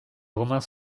romains